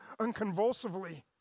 unconvulsively